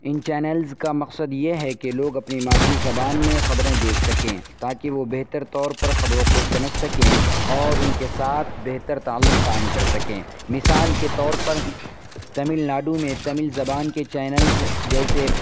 ان channels کا مقصد یہ ہے کہ لوگ اپنی مادری زبان میں خبریں دیکھ سکیں تاکہ وہ بہتر طور پر خبروں کو سمجھ سکیں اور ان کے ساتھ بہتر تعلق قائم کر سکیں مثال کے طور پر تامل ناڈو میں تامل زبان کے چینلز جیسے